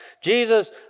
jesus